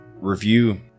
review